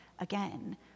again